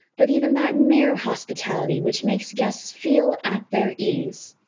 but even that mere hospitality which makes guests feel at their ease?